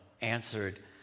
answered